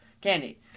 candy